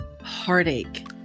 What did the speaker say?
heartache